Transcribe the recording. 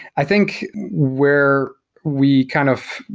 i think where we kind of,